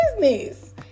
business